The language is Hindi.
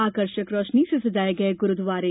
आकर्षक रोशनी से सजाये गये गुरुद्वारे